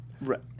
Right